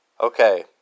Okay